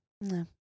No